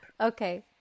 Okay